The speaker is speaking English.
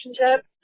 relationship